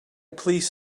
please